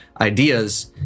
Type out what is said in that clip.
ideas